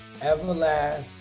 Everlast